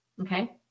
Okay